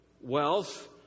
wealth